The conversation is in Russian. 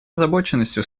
озабоченностью